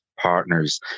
Partners